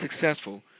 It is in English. successful